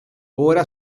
ora